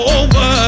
over